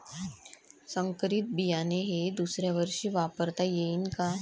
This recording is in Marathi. संकरीत बियाणे हे दुसऱ्यावर्षी वापरता येईन का?